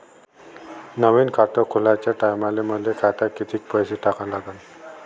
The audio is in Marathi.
नवीन खात खोलाच्या टायमाले मले खात्यात कितीक पैसे टाका लागन?